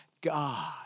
God